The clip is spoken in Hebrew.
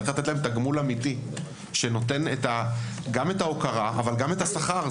צריך לתת את התגמול האמיתי שנותן גם את ההוקרה וגם את השכר.